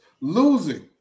Losing